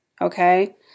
Okay